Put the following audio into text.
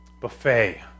buffet